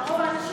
גם רוב האנשים,